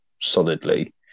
solidly